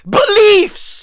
beliefs